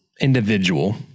individual